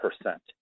percent